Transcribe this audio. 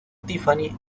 tiffany